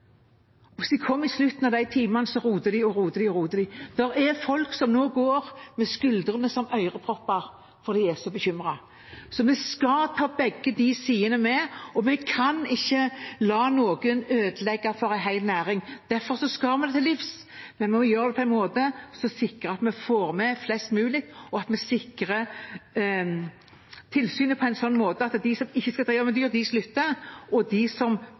i slutten av de timene, roter de og roter de og roter de. Det er folk som nå går med skuldrene som ørepropper fordi de er så bekymret. Så vi skal ta med begge disse sidene. Vi kan ikke la noen ødelegge for en hel næring. Derfor skal vi dette til livs, men vi må gjøre det på en måte som sikrer at vi får med flest mulig, og at vi sikrer tilsynet på en sånn måte at de som ikke skal drive med dyr, slutter, og de som